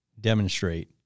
demonstrate